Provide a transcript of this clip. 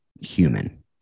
human